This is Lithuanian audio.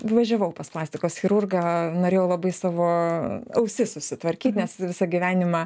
važiavau pas plastikos chirurgą norėjau labai savo ausis susitvarkyt nes visą gyvenimą